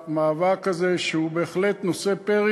במאבק הזה שבהחלט נושא פרי,